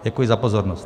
Děkuji za pozornost.